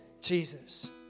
Jesus